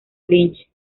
lynch